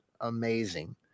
amazing